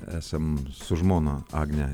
esam su žmona agne